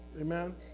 amen